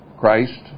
Christ